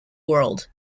world